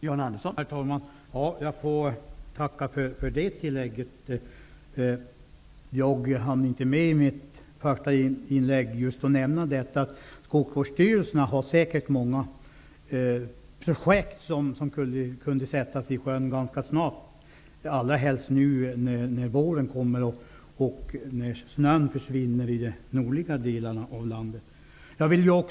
Herr talman! Jag får tacka för det tillägget. Jag hann i mitt första inlägg inte nämna att Skogsvårdsstyrelserna säkert har många projekt som skulle kunna sjösättas ganska snart, särskilt inför våren då snön försvinner i de nordliga delarna av landet.